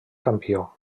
campió